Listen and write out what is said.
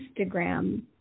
Instagram